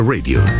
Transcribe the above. Radio